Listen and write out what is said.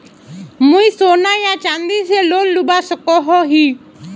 मुई सोना या चाँदी से लोन लुबा सकोहो ही?